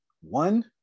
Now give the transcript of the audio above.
one